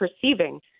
perceiving